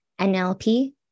NLP